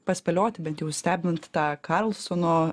paspėlioti bet jau stebint tą karlsono